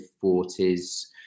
forties